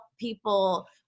people